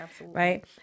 Right